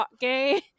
gay